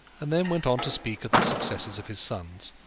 and then went on to speak of the successes of his sons.